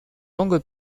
longue